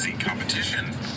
Competition